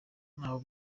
ntaho